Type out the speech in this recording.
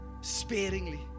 sparingly